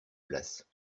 place